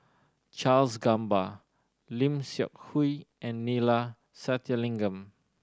Charles Gamba Lim Seok Hui and Neila Sathyalingam